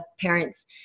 parents